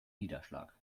niederschlag